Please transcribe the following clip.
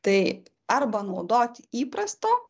tai arba naudoti įprasto